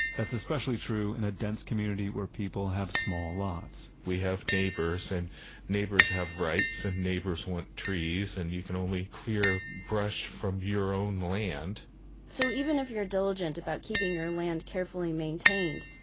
that's especially true in a dense community where people have small lots we have neighbors, and neighbors have rights, and neighbors want trees, and you can only clear brush from your own land so even if you're diligent about keeping your land carefully maintained,